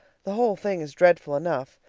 the whole thing is dreadful enough,